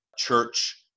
church